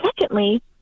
secondly